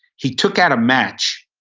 he took out a match,